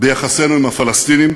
ביחסינו עם הפלסטינים,